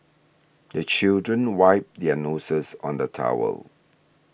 the children wipe their noses on the towel